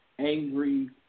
angry